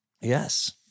Yes